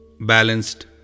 balanced